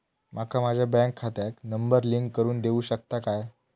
माका माझ्या बँक खात्याक नंबर लिंक करून देऊ शकता काय?